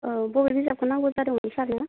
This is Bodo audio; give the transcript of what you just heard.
औ बबे बिजाबखौ नांगौ जादोंमोन सारनो